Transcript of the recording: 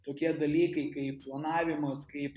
tokie dalykai kaip planavimas kaip